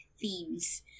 themes